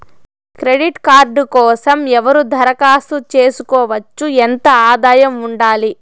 Credit card కోసం ఎవరు దరఖాస్తు చేసుకోవచ్చు? ఎంత ఆదాయం ఉండాలి?